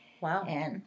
Wow